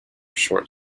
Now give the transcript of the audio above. short